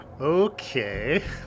Okay